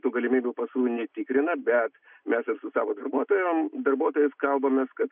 tų galimybių pasų netikrina bet mes ir su savo darbuotojom darbuotojais kalbamės kad